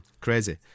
Crazy